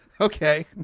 okay